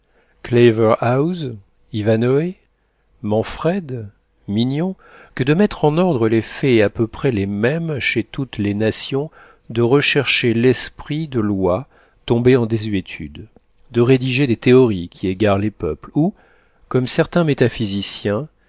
manfred mignon que de mettre en ordre les faits à peu près les mêmes chez toutes les nations de rechercher l'esprit de lois tombées en désuétude de rédiger des théories qui égarent les peuples ou comme certains métaphysiciens